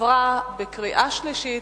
עברה בקריאה שלישית